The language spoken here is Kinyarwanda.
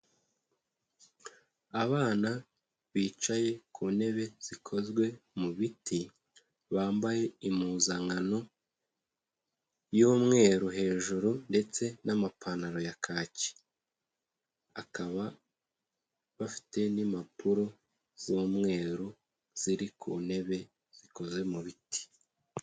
Abana bicaye ku ntebe zikozwe mu biti bambaye impuzankano y'umweru hejuru ndetse n'amapantaro ya kaki, akaba bafite n'impapuro z'umweru ziri ku ntebe zikoze mu biti.